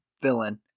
villain